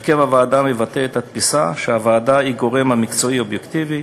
הרכב הוועדה מבטא את התפיסה שהוועדה היא גורם מקצועי אובייקטיבי